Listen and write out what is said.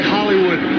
Hollywood